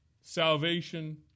salvation